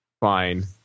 Fine